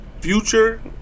Future